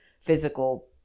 physical